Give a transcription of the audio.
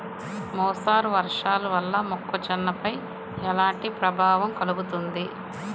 మోస్తరు వర్షాలు వల్ల మొక్కజొన్నపై ఎలాంటి ప్రభావం కలుగుతుంది?